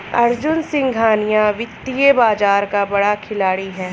अर्जुन सिंघानिया वित्तीय बाजार का बड़ा खिलाड़ी है